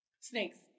Snakes